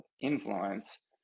influence